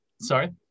sorry